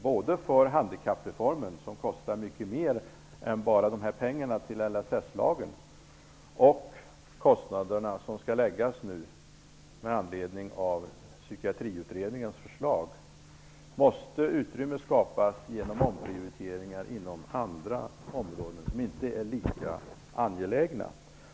Både för handikappreformen -- som kostar mycket mer än bara pengarna till LSS-lagen -- och för Psykiatriutredningens förslag måste utrymme skapas genom omprioriteringar inom andra områden, som inte är lika angelägna.